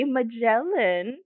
Magellan